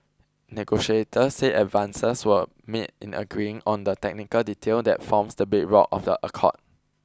negotiators said advances were made in agreeing on the technical detail that forms the bedrock of the accord